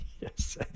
Yes